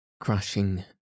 Crushing